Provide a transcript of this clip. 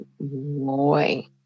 boy